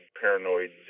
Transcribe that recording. paranoid